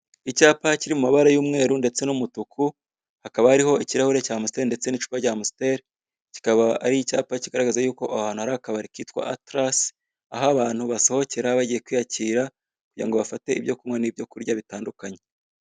Icyapa kiri mu mabara y'umweru ndetse n'umutuku, hakaba hariho ikirahure cya Amster ndetse n'icupa rya Amster, kikaba ari icyapa kigaragaza yuko aho hantu hari akabari kitwa Atlas, aho abantu basohokera bagiye kwiyakira kugira ngo bafate ibyo kunywa n'ibyo kurya bitandukanye.